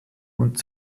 und